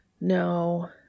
No